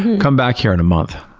come back here in a month.